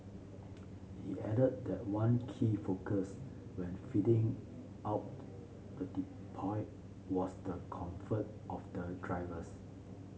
he added that one key focus when fitting out the depot was the comfort of the drivers